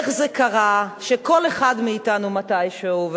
איך זה קרה שכל אחד מאתנו, מתי שהוא,